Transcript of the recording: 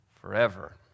forever